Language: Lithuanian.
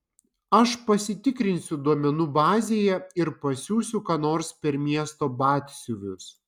aš pasitikrinsiu duomenų bazėje ir pasiųsiu ką nors per miesto batsiuvius